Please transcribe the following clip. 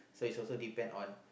so is also depend on